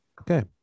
Okay